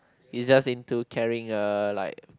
he's just into carrying uh like